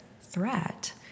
threat